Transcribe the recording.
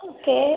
okay